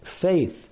faith